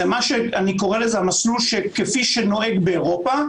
זה מה שאני קורא לו המסלול כפי שנוהג באירופה.